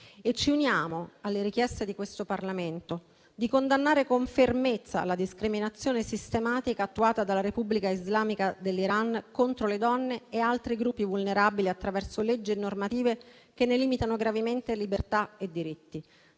Ci uniamo alle richieste di questo Parlamento, di condannare con fermezza la discriminazione sistematica attuata dalla Repubblica islamica dell'Iran contro le donne e altri gruppi vulnerabili, attraverso leggi e normative che ne limitano gravemente libertà e diritti,